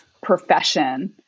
profession